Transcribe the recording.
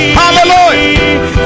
hallelujah